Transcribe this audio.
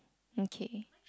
mm kay